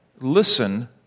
listen